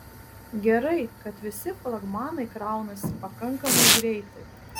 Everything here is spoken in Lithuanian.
gerai kad visi flagmanai kraunasi pakankamai greitai